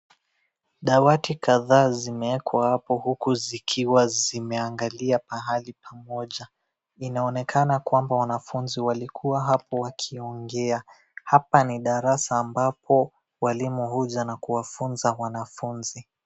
Dawati kadhaa zimewekwa hapo huku zikiwa zimeangalia pahali pamoja. Inaonekana kwamba wanafunzi walikuwa hapo wakiongea, hapa ni darasa ambapo walimu huja na kuwafunza wanafunzi.